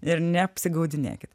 ir neapsigaudinėkit